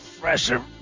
fresher